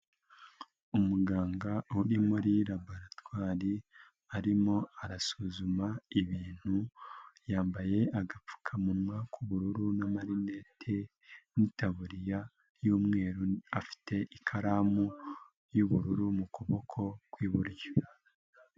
Umuganga uri muri laboratwari, arimo arasuzuma ibintu yambaye agapfukamunwa k'ubururu n'amarinet n'itaburiya y'umweru, afite ikaramu y'ubururu mu kuboko kw'iburyo.